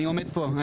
אני יושב פה.